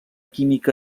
química